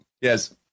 Yes